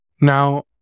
Now